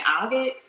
August